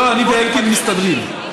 לא, אני ואלקין מסתדרים.